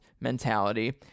mentality